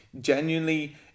genuinely